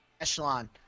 echelon